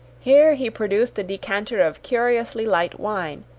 here he produced a decanter of curiously light wine,